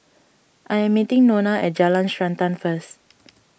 I am meeting Nona at Jalan Srantan first